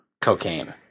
Cocaine